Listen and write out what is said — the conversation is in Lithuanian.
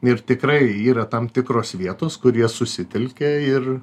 ir tikrai yra tam tikros vietos kur jie susitelkė ir